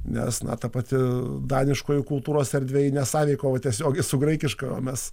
nes na ta pati daniškoji kultūros erdvė ji nesąveikavo tiesiogiai su graikiška mes